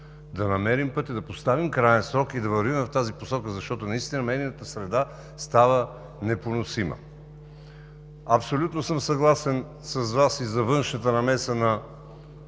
да намерим пътя, да поставим краен срок и да вървим в тази посока, защото наистина медийната среда става непоносима. Абсолютно съм съгласен с Вас и за външната намеса на